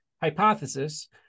hypothesis